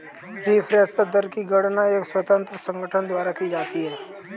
reference दर की गणना एक स्वतंत्र संगठन द्वारा की जाती है